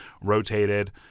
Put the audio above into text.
rotated